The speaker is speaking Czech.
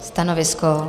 Stanovisko?